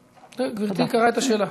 גברתי קראה את השאלה.